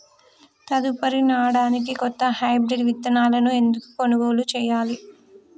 తదుపరి నాడనికి కొత్త హైబ్రిడ్ విత్తనాలను ఎందుకు కొనుగోలు చెయ్యాలి?